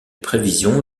prévision